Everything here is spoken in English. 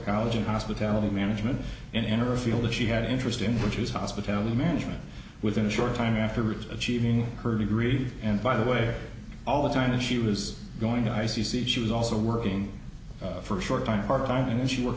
college in hospitality management and enter a field that she had an interest in which is hospitality management within a short time afterwards achieving her degree and by the way all the time that she was going to i c c she was also working for a short time part time and she work